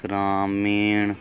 ਗ੍ਰਾਮੀਣ